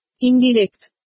Indirect